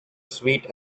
suite